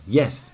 yes